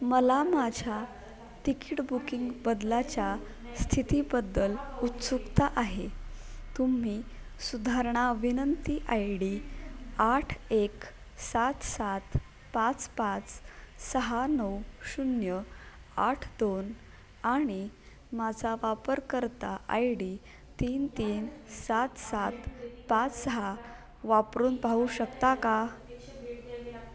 मला माझ्या ticket booking बदलाच्या स्थितीबद्दल उत्सुकता आहे तुम्ही सुधारणा विनंती आयडी आठ एक सात सात पाच पाच सहा नऊ शून्य आठ दोन आणि माझा वापरकर्ता आयडी तीन तीन सात सात पाच सहा वापरून पाहू शकता का